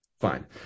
Fine